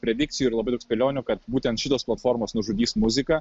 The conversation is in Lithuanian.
predikcijų ir labai daug spėlionių kad būtent šitos platformos nužudys muziką